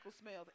smells